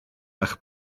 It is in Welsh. eich